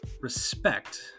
respect